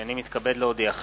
הנני מתכבד להודיעכם,